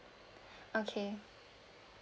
okay